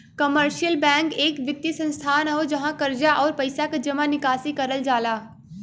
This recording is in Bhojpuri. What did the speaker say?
कमर्शियल बैंक एक वित्तीय संस्थान हौ जहाँ कर्जा, आउर पइसा क जमा निकासी करल जाला